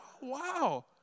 Wow